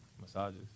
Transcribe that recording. Massages